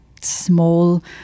small